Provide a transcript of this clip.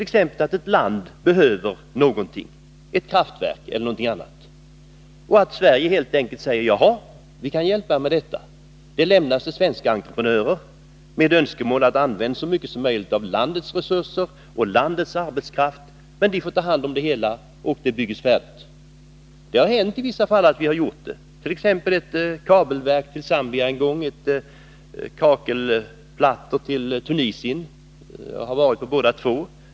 Antag att ett land behöver någonting, t.ex. ett kraftverk, och att Sverige förklarar att vi skall hjälpa till med detta. Arbetet lämnas till svenska entreprenörer med önskemål om att de skall använda så mycket som möjligt av landets resurser och landets arbetskraft. De får ta hand om det hela, och kraftverket byggs färdigt. I vissa fall har det hänt att vi gjort så, t.ex. ett kabelverk i Zambia och en kakelplattefabrik i Tunisien. Jag har besökt båda platserna.